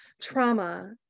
trauma